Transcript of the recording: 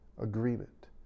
agreement